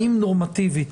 האם נורמטיבית,